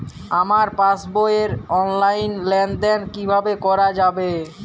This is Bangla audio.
আমার পাসবই র অনলাইন লেনদেন কিভাবে করা যাবে?